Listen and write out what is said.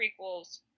prequels